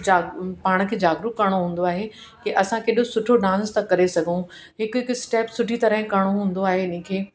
जाग पाण खे जागरुक करिणो हूंदो आहे कि असां केॾो सुठो डांस था करे सघूं हिकु हिकु स्टैप सुठी तरह करिणो हूंदो आहे इन्हीअ खे